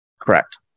Correct